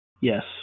Yes